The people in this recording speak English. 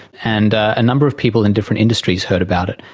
and a number of people in different industries heard about it,